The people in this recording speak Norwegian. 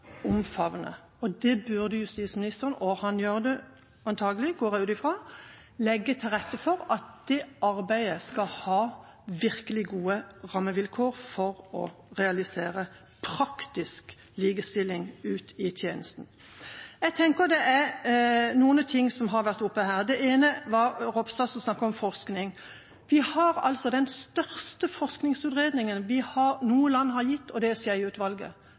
og han burde – og han gjør det antakelig, går jeg ut ifra – legge til rette for at det arbeidet skal ha virkelig gode rammevilkår for å realisere praktisk likestilling ute i tjenesten. Det var noen ting som ble tatt opp her, det ene var Ropstad som snakket om forskning. Vi har altså den største forskningsutredningen som noe land har gitt – Skjeie-utvalget. Det